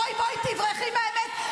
בואי, בואי, תברחי מהאמת.